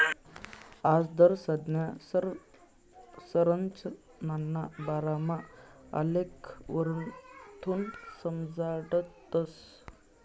याजदर संज्ञा संरचनाना बारामा आलेखवरथून समजाडतस